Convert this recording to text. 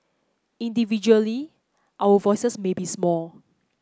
individually our voices may be small